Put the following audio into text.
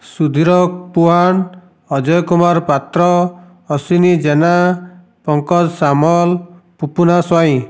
Sudhir Puan Ajay Kumar Patra Ashwini Jena Pankaj Samal Pupuna Swain